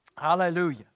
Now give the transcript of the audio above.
Hallelujah